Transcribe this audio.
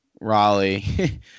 Raleigh